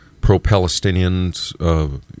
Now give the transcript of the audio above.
pro-Palestinians